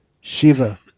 Shiva